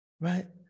right